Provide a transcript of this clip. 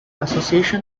association